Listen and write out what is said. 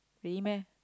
really meh